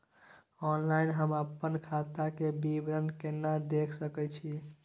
Online हम अपन खाता के विवरणी केना देख सकै छी?